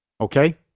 Okay